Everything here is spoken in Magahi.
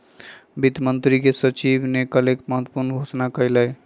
वित्त मंत्री के सचिव ने कल एक महत्वपूर्ण घोषणा कइलय